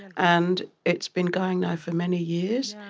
and it's been going now for many years,